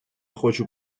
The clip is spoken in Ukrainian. хочу